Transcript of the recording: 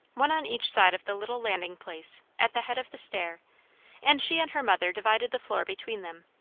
one on each side of the little landing-place at the head of the stair and she and her mother divided the floor between them.